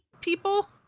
people